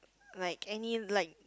like any like